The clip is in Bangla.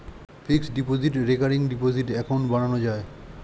fixed deposit, recurring deposit account বানানো যায়